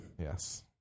Yes